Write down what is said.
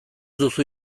duzu